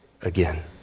again